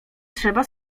trzeba